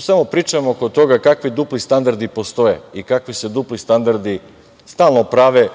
samo pričamo oko toga kakvi dupli standardi postoje i kakvi se dupli standardi stalno prave,